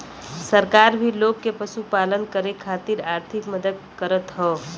सरकार भी लोग के पशुपालन करे खातिर आर्थिक मदद करत हौ